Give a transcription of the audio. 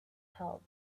help